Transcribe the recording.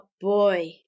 boy